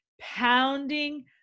pounding